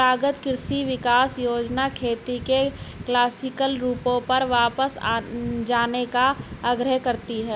परम्परागत कृषि विकास योजना खेती के क्लासिक रूपों पर वापस जाने का आग्रह करती है